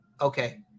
Okay